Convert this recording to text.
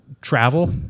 travel